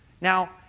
Now